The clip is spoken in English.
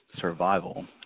survival